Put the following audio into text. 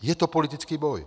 Je to politický boj.